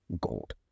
gold